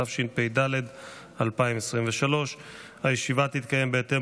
התשפ"ד 2023. הישיבה תתקיים בהתאם